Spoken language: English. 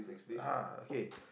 ah okay